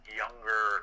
younger